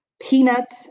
peanuts